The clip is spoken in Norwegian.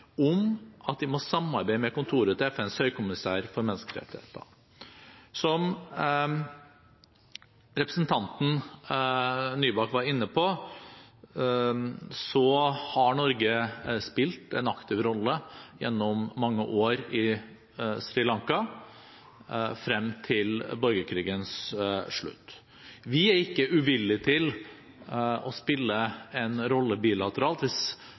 om at de må samarbeide med kontoret til FNs høykommissær for menneskerettigheter. Som representanten Nybakk var inne på, har Norge spilt en aktiv rolle gjennom mange år på Sri Lanka frem til borgerkrigens slutt. Vi er ikke uvillig til å spille en rolle bilateralt hvis